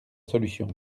solution